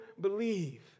believe